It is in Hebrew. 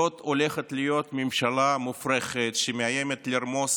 זאת הולכת להיות ממשלה מופרכת שמאיימת לרמוס